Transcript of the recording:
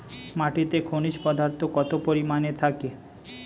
মাটিতে খনিজ পদার্থ কত পরিমাণে থাকে?